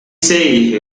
say